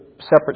separate